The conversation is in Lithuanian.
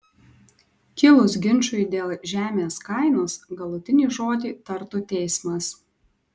kilus ginčui dėl žemės kainos galutinį žodį tartų teismas